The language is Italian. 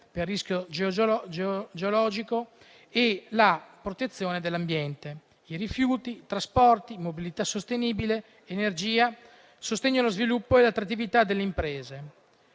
per il rischio geologico e protezione dell'ambiente, rifiuti, trasporti e mobilità sostenibile, energia, sostegno allo sviluppo e all'attrattività delle imprese